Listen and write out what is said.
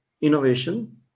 innovation